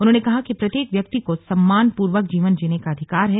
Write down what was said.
उन्होंने कहा कि प्रत्येक व्यक्ति को सम्मानपूर्वक जीवन जीने का अधिकार है